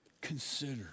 consider